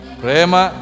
prema